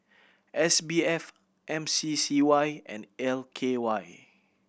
S B F M C C Y and L K Y